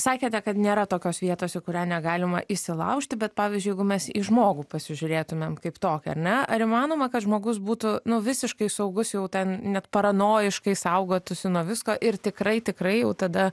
sakėte kad nėra tokios vietos į kurią negalima įsilaužti bet pavyzdžiui jeigu mes į žmogų pasižiūrėtumėm kaip tokį ar ne ar įmanoma kad žmogus būtų nu visiškai saugus jau ten net paranojiškai saugotųsi nuo visko ir tikrai tikrai jau tada